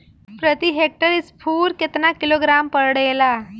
प्रति हेक्टेयर स्फूर केतना किलोग्राम पड़ेला?